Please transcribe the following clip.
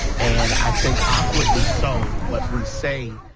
and, i think awkwardly so what we say